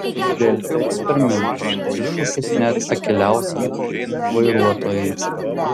delfi eksperimentas iššūkis net akyliausiam vairuotojui